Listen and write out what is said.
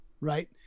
right